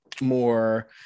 more